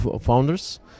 founders